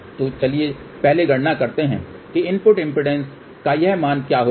तो चलिए पहले गणना करते हैं कि इनपुट इम्पीडेन्स का यह मान क्या होगा